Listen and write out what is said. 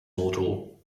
motel